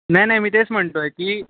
नाही नाही मी तेच म्हणतो आहे की